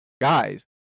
guys